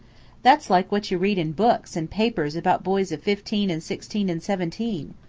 that's like what you read in books and papers about boys of fifteen, and sixteen, and seventeen.